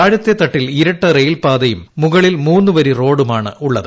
താഴത്തെ തട്ടിൽ ഇരട്ട റയിൽപാതയും മുകളിൽ മൂന്ന് വരി റോഡുമാണുള്ളത്